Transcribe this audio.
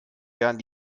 werden